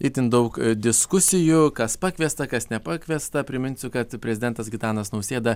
itin daug diskusijų kas pakviesta kas nepakviesta priminsiu kad prezidentas gitanas nausėda